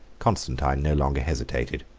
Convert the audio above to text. constantine no longer hesitated.